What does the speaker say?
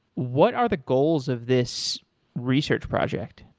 what are the goals of this research project?